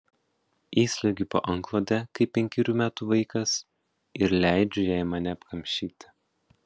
įsliuogiu po antklode kaip penkerių metų vaikas ir leidžiu jai mane apkamšyti